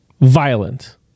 violent